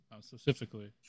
specifically